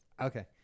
Okay